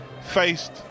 Faced